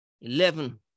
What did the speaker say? eleven